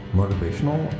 motivational